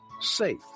safe